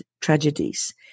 tragedies